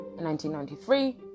1993